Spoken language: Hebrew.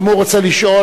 גם הוא רוצה לשאול.